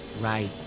right